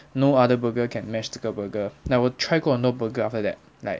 no other burger can match 这个 burger like 我 try 过很多 burger after that like